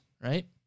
right